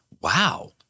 Wow